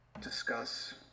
discuss